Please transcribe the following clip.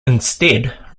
instead